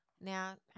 Now